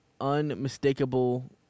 unmistakable